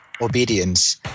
obedience